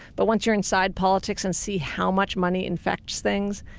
but once you're inside politics and see how much money infects things,